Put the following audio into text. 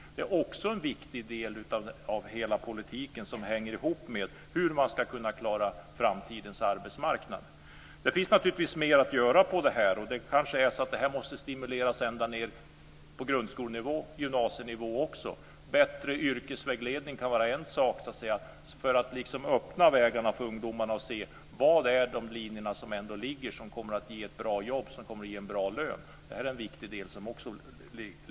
Det är också en viktig del av hela politiken som hänger ihop med hur man ska kunna klara framtidens arbetsmarknad. Det finns naturligtvis mer att göra på det här området. Det är kanske så att man måste stimulera ända ned på grundskole och gymnasienivå också. Bättre yrkesvägledning kan vara en sak för att öppna vägarna för ungdomarna så att de ser vilka linjer som kommer att ge ett bra jobb och en bra lön. Det är en viktig del i detta.